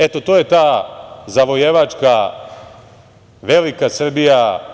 Eto to je ta, zavojevačka velika Srbija.